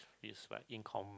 is like in